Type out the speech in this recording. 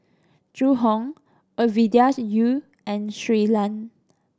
Zhu Hong Ovidia Yu and Shui Lan